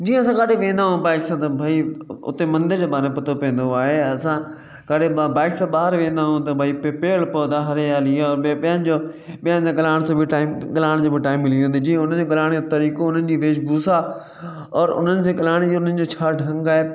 जीअं असां काॾे वेंदा आहियूं बाइक सां त भई उ उते मंदर जे बारे में पतो पवंदो आहे ऐं असां कॾहिं बि बाइक सां ॿाहिरि वेंदा आहियूं त भई प्रिपेयर पौधा हरियाली आहे ॿियो ॿियनि जो ॿियनि सां ॻाल्हाइण सां बि टाइम ॻाल्हाइण जो बि टाइम मिली वेंदो जीअं हुन जो ॻाल्हाइण जो तरीक़ो हुननि जी वेश भूषा और उन्हनि जे ॻाल्हाइण जी उन्हनि जो छा ढंग आहे